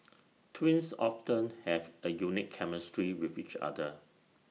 twins often have A unique chemistry with each other